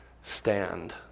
stand